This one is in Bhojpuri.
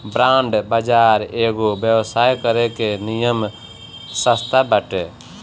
बांड बाजार एगो व्यवसाय करे के निमन रास्ता बाटे